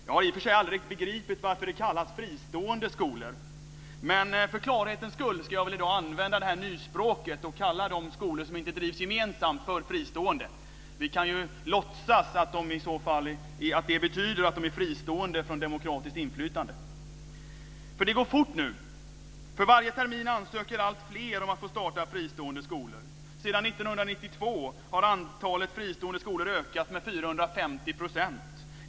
Jag har i och för sig aldrig riktigt begripit varför de kallas fristående skolor, men för klarhets skull ska jag i den här debatten använda nyspråket och kalla de skolor som inte drivs gemensamt för fristående skolor. Vi kan låtsas att det betyder att de är fristående från demokratiskt inflytande. Det går fort nu. För varje termin ansöker alltfler om att få starta fristående skolor. Sedan 1992 har antalet fristående skolor ökat med 450 %.